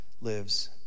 lives